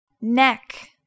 Neck